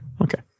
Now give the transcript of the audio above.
Okay